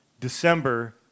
december